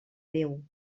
déu